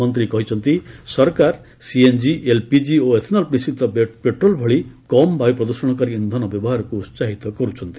ମନ୍ତ୍ରୀ କହିଛନ୍ତି ସରକାର ସିଏନ୍ଜି ଏଲ୍ପିଜି ଓ ଏଥନଲ ମିଶ୍ରିତ ପେଟ୍ରୋଲ୍ ଭଳି କମ୍ ବାୟୁ ପ୍ରଦୂଷଣକାରୀ ଇନ୍ଧନ ବ୍ୟବହାରକ୍ତ ଉସାହିତ କର୍ରଛନ୍ତି